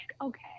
okay